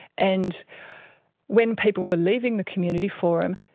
and when people were leaving the community forum,